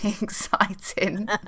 exciting